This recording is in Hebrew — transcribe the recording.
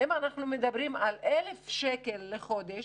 אם אנחנו מדברים על 1,000 שקלים לחודש,